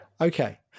Okay